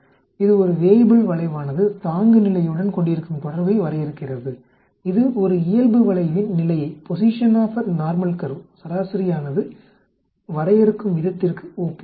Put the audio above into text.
இது ஒரு வேய்புல் வளைவானது தாங்குநிலையுடன் கொண்டிருக்கும் தொடர்பை வரையறுக்கிறது இது ஒரு இயல்பு வளைவின் நிலையை சராசரியானது வரையறுக்கும் விதத்திற்கு ஒப்பு ஆகும்